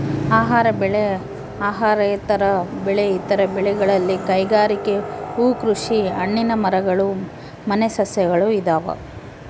ಆಹಾರ ಬೆಳೆ ಅಹಾರೇತರ ಬೆಳೆ ಇತರ ಬೆಳೆಗಳಲ್ಲಿ ಕೈಗಾರಿಕೆ ಹೂಕೃಷಿ ಹಣ್ಣಿನ ಮರಗಳು ಮನೆ ಸಸ್ಯಗಳು ಇದಾವ